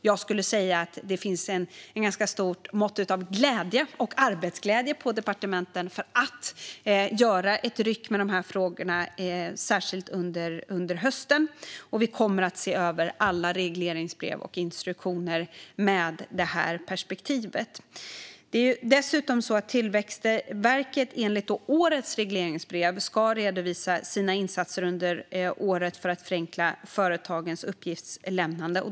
Jag skulle säga att det finns ett ganska stort mått av arbetsglädje på departementen inför att göra ett ryck med dessa frågor, särskilt under hösten. Vi kommer också att se över alla regleringsbrev och instruktioner med detta perspektiv. Det är dessutom så att Tillväxtverket enligt årets regleringsbrev ska redovisa de insatser man gjort under året för att förenkla företagens uppgiftslämnande.